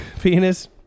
Penis